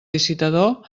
licitador